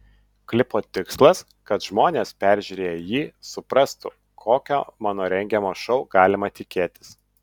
klipo tikslas kad žmonės peržiūrėję jį suprastų kokio mano rengiamo šou galima tikėtis